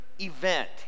event